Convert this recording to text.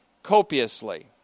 copiously